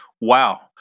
wow